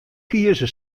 kieze